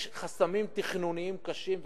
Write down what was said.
יש חסמים תכנוניים קשים,